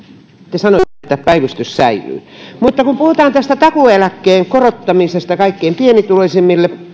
te sanoitte että päivystys säilyy mutta kun puhutaan tästä takuueläkkeen korottamisesta kaikkein pienituloisimmille